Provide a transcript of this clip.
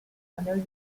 under